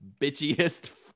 bitchiest